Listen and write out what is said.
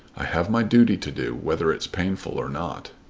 i have my duty to do whether it's painful or not.